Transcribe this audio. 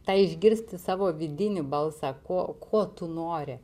tą išgirsti savo vidinį balsą ko ko tu nori